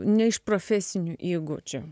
ne iš profesinių įgūdžių